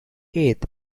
eighth